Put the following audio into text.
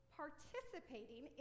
participating